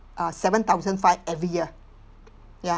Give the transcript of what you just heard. uh seven thousand five every year ya